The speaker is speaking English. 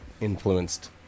influenced